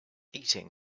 eating